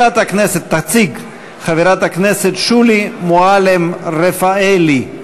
חברת הכנסת שולי מועלם-רפאלי.